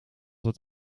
het